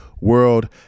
world